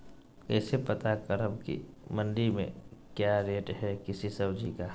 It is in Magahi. कैसे पता करब की मंडी में क्या रेट है किसी सब्जी का?